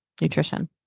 nutrition